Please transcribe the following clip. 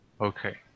Okay